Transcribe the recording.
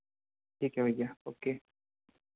ठीक है भैया ओके